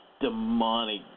demonic